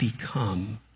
become